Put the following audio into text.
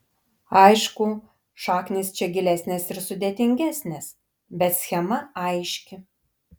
aišku šaknys čia gilesnės ir sudėtingesnės bet schema aiški